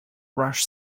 rush